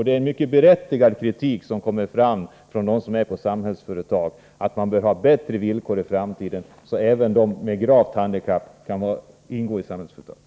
Det är en mycket berättigad kritik som kommer från dem som arbetar på Samhällsföretag, när de säger att det bör bli bättre villkor i framtiden, så att även de som har gravt handikapp kan ingå i Samhällsföretag.